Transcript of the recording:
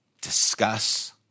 discuss